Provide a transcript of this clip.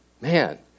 Man